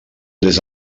des